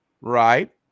Right